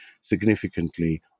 significantly